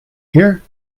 hear